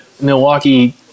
Milwaukee